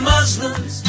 Muslims